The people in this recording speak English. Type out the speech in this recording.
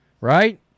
right